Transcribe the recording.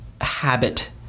habit